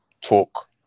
talk